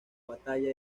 batalla